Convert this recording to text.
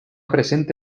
presente